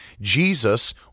Jesus